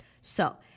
So-